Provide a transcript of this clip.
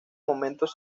momentos